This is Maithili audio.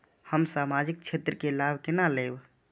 हम सामाजिक क्षेत्र के लाभ केना लैब?